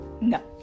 no